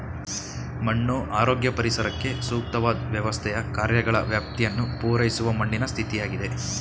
ಮಣ್ಣು ಆರೋಗ್ಯ ಪರಿಸರಕ್ಕೆ ಸೂಕ್ತವಾದ್ ವ್ಯವಸ್ಥೆಯ ಕಾರ್ಯಗಳ ವ್ಯಾಪ್ತಿಯನ್ನು ಪೂರೈಸುವ ಮಣ್ಣಿನ ಸ್ಥಿತಿಯಾಗಿದೆ